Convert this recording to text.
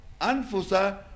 Anfusa